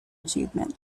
achievement